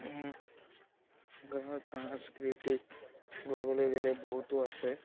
সাংস্কৃতিক কৰিব লাগিলে বহুতো আছে